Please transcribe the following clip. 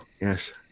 yes